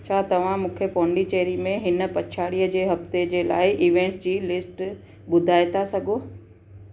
छा तव्हां मूंखे पोंडीचेरी में हिन पछाड़ीअ जे हफ़्ते जे लाइ इवेंटस जी लिस्ट ॿुधाए था सघो